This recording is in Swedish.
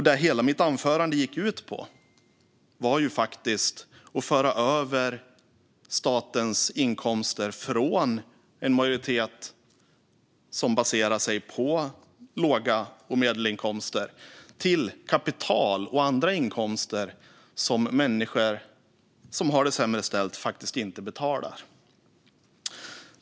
Det hela mitt anförande gick ut på var faktiskt att föra över statens inkomster från en majoritet där basen är låg och medelinkomster till kapitalinkomster och andra inkomster som människor som har det sämre ställt inte har.